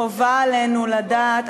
חובה עלינו לדעת,